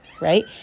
right